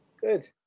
Good